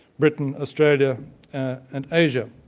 britain, australia and asia.